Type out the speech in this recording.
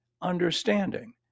understanding